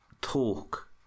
talk